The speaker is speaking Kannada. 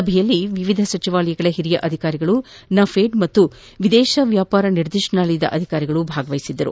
ಸಭೆಯಲ್ಲಿ ವಿವಿಧ ಸಚಿವಾಲಯಗಳ ಹಿರಿಯ ಅಧಿಕಾರಿಗಳು ನಫೇದ್ ಮತ್ತು ವಿದೇಶ ವ್ಯಾಪಾರ ನಿರ್ದೇಶನಾಲಯದ ಅಧಿಕಾರಿಗಳು ಭಾಗವಹಿಸಿದ್ದರು